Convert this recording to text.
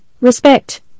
respect